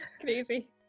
Crazy